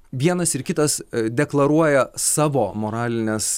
vienas ir kitas deklaruoja savo moralines